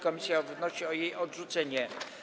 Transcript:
Komisja wnosi o jej odrzucenie.